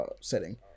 setting